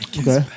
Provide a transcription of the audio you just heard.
Okay